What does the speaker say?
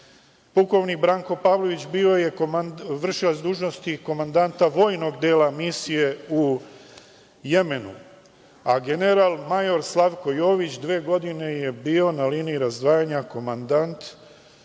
Pukovnik Branko Pavlović bio je vršilac dužnosti komandanta vojnog dela misije u Jemenu, a general major Slavko Jović dve godine je bio na liniji razdvajanja komandant